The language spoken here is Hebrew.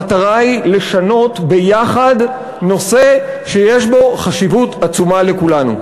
המטרה היא לשנות ביחד נושא שיש בו חשיבות עצומה לכולנו.